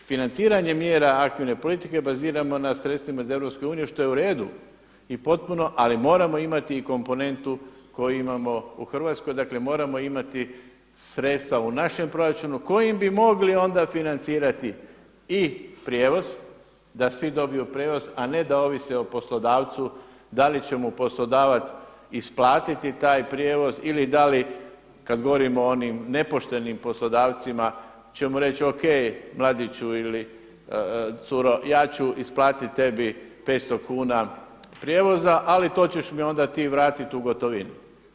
I financiranje mjera aktivne politike baziramo na sredstvima iz EU što je u redu i potpuno ali moramo imati i komponentu koju imamo u Hrvatskoj, dakle moramo imati sredstva u našem proračunu kojim bi mogli onda financirati i prijevoz, da svi dobiju prijevoz a ne da ovise o poslodavcu da li će mu poslodavac isplatiti taj prijevoz ili da li kada govorimo o onim nepoštenim poslodavcima ćemo reći, ok mladiću ili curo, ja ću isplatiti tebi 500 kuna prijevoza ali to ćeš mi onda ti vratiti u gotovini.